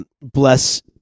bless